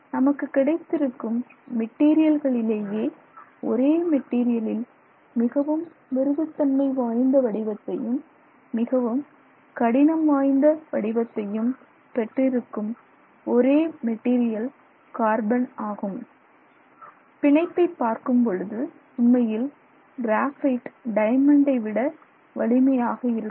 நமக்கு கிடைத்திருக்கும் மெட்டீரியல்களிலேயே ஒரே மெட்டீரியலில் மிகவும் மிருது தன்மை வாய்ந்த வடிவத்தையும் மிகவும் கடினம் வாய்ந்த வடிவத்தையும் பெற்றிருக்கும் ஒரே மெட்டீரியல் கார்பன் ஆகும் பிணைப்பை பார்க்கும்பொழுது உண்மையில் கிராபைட் டயமண்டை விட வலிமையாக இருக்கும்